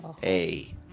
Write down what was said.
Hey